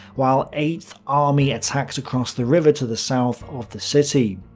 while eighth army attacked across the river to the south of the city.